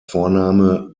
vorname